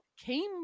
came